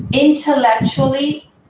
Intellectually